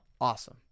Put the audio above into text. awesome